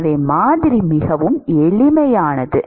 எனவே மாதிரி மிகவும் எளிமையானது